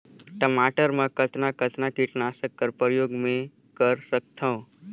टमाटर म कतना कतना कीटनाशक कर प्रयोग मै कर सकथव?